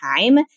time